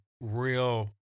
real